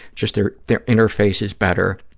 just their their interface is better,